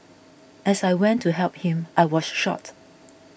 as I went to help him I was shot